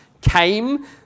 came